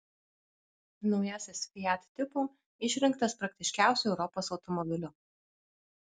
naujasis fiat tipo išrinktas praktiškiausiu europos automobiliu